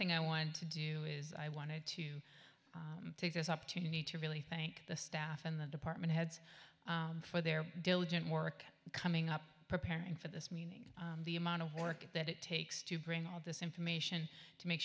thing i want to do is i wanted to take this opportunity to really thank the staff and the department heads for their diligent work coming up preparing for this meaning the amount of work that it takes to bring all this information to make